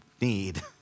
need